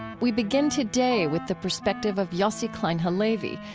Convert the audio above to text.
we begin today with the perspective of yossi klein halevi,